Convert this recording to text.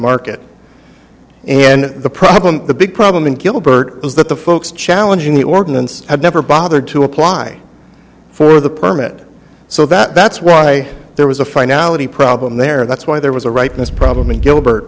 market and the problem the big problem in gilbert was that the folks challenging the ordinance had never bothered to apply for the permit so that that's why there was a finality problem there that's why there was a rightness problem in gilbert